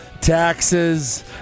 taxes